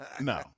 No